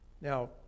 Now